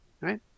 right